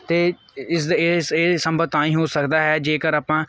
ਅਤੇ ਇਸਦੇ ਇਹ ਸ ਇਹ ਸੰਭਵ ਤਾਂ ਹੀ ਹੋ ਸਕਦਾ ਹੈ ਜੇਕਰ ਆਪਾਂ